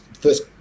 first